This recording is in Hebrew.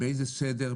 באיזה סדר,